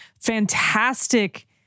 fantastic